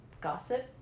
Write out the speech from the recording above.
gossip